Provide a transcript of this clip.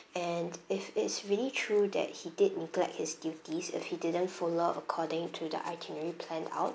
and if it is really true that he did neglect his duties if he didn't follow according to the itinerary planned out